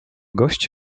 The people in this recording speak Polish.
gość